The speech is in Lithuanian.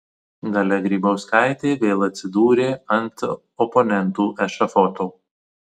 dalia grybauskaitė vėl atsidūrė ant oponentų ešafoto